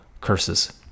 curses